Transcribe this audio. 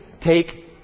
take